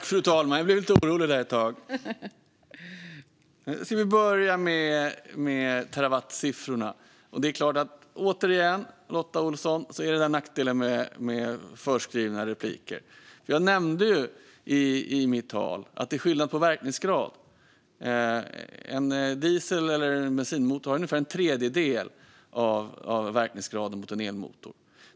Fru talman! Jag börjar med terawattsiffrorna. Här ser vi återigen nackdelen med förskrivna repliker, Lotta Olsson. Jag nämnde ju att det är skillnad på verkningsgrad - en diesel eller bensinmotor har ungefär en tredjedel av verkningsgraden jämfört med en elmotor.